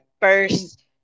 first